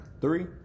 Three